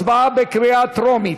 הצבעה בקריאה טרומית.